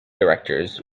directors